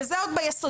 וזה עוד ביסודי,